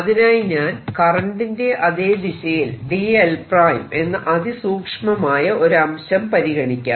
അതിനായി ഞാൻ കറന്റിന്റെ അതെ ദിശയിൽ dl′ എന്ന അതി സൂക്ഷ്മമായ ഒരു അംശം പരിഗണിക്കാം